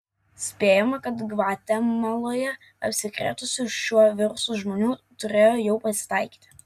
spėjama kad gvatemaloje apsikrėtusių šiuo virusu žmonių turėjo jau pasitaikyti